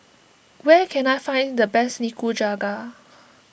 where can I find the best Nikujaga